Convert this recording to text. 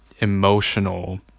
emotional